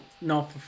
no